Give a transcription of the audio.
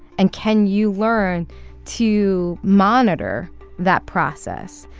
and can you learn to monitor that process?